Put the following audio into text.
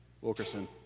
Wilkerson